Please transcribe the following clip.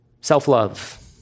Self-love